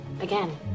Again